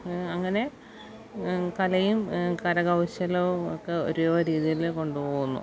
അങ്ങനെ കലയും കരകൗശലവും ഒക്കെ ഓരോ രീതിയിൽ കൊണ്ടു പോകുന്നു